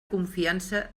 confiança